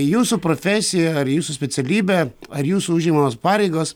jūsų profesija ar jūsų specialybė ar jūsų užimamos pareigos